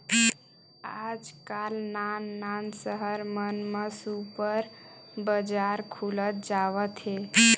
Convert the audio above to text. आजकाल नान नान सहर मन म सुपर बजार खुलत जावत हे